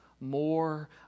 more